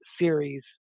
series